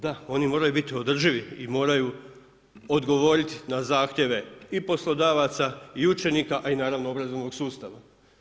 Da, oni moraju biti održivi i moraju odgovoriti na zahtjeve i poslodavaca i učenika a i naravno obrazovnog sustava.